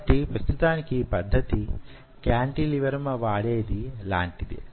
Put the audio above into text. కాబట్టి ప్రస్తుతానికి యీ పద్ధతి కాంటిలివర్ మీద వాడేది లాంటిదే